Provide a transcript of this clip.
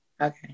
okay